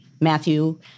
Matthew